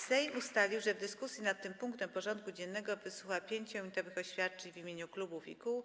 Sejm ustalił, że w dyskusji nad tym punktem porządku dziennego wysłucha 5-minutowych oświadczeń w imieniu klubów i kół.